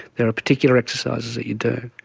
there are particular exercises that you do.